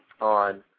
on